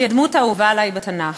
שהיא הדמות האהובה עלי בתנ"ך.